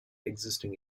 existing